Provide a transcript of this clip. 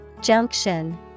Junction